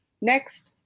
next